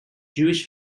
jewish